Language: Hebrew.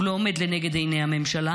הוא לא עומד לנגד עיני הממשלה,